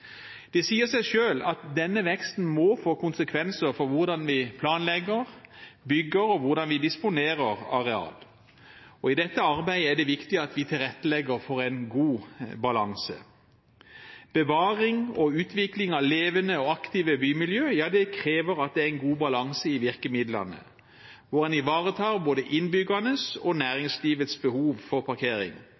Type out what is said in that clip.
Det sier seg selv at denne veksten må få konsekvenser for hvordan vi planlegger, bygger, og hvordan vi disponerer areal. I dette arbeidet er det viktig at vi tilrettelegger for god balanse. Bevaring og utvikling av levende og aktive bymiljø krever at det er god balanse i virkemidlene, og at en ivaretar både innbyggernes og næringslivets behov for parkering